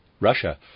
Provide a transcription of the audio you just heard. Russia